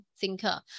thinker